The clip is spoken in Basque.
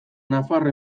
nafar